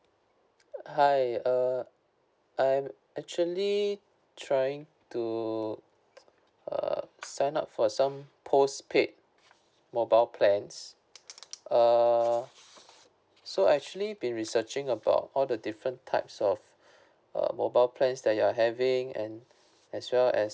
hi uh I actually trying to err sign up for some postpaid mobile plans err so I actually been researching about all the different types of err mobile plans that you are having and as well as